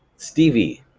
stevie,